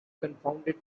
confounded